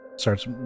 starts